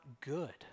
good